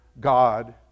God